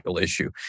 issue